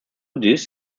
dis